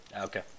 Okay